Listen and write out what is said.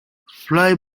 fly